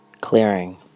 Clearing